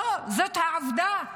לא, זאת העובדה.